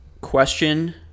Question